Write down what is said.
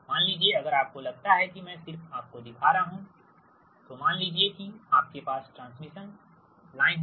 मान लीजिए अगर आपको लगता है कि मैं सिर्फ आपको दिखा रहा हूं तो मान लीजिए कि आपके पास ट्रांसमिशन लाइन है